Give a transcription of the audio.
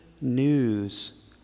news